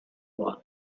cuore